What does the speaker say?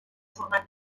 format